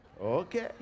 Okay